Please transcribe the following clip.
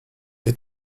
est